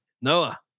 Noah